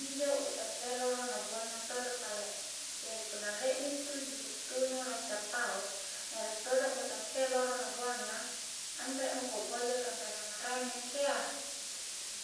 injo utang keloro na buanna todo' pale jari puna rie mintu juku' tunu, racca pao v na rie todo' mo utang keloro na buanna anre mo ku akboja kanreanagang maraeng nakke iya